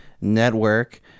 network